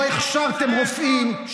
לא הכשרתם רופאים.